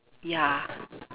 ya